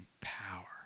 power